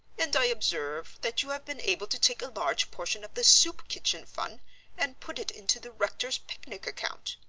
and i observe that you have been able to take a large portion of the soup kitchen fund and put it into the rector's picnic account.